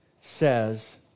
says